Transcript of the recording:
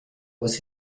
was